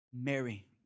Mary